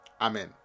Amen